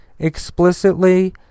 Explicitly